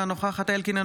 אינה נוכחת זאב אלקין,